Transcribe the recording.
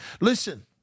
Listen